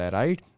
right